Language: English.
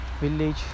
village